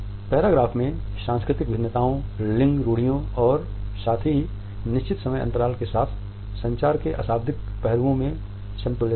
paragraph में सांस्कृतिक भिन्नताओं लिंग रूढ़ियों और साथ ही निश्चित समय के अंतराल के साथ संचार के अशाब्दिक पहलुओं में समतुल्यता है